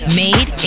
made